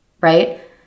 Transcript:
right